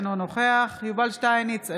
אינו נוכח יובל שטייניץ,